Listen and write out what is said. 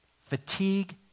Fatigue